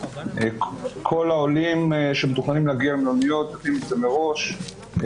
כל העולים שמתוכננים להגיע למלוניות יודעים את זה מראש.